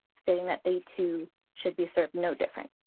saying that they too should be served no different.